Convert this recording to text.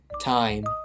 time